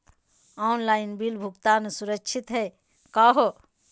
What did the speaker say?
Online bill भुगतान सुरक्षित हई का हो?